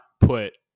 put